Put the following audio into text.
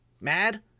mad